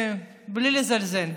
בלי לזלזל.